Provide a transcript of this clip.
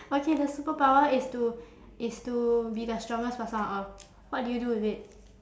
okay the superpower is to is to be the strongest person on earth what do you do with it